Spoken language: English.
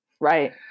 Right